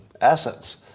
assets